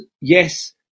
yes